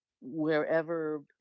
Wherever